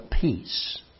peace